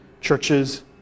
churches